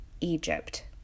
Egypt